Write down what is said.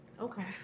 Okay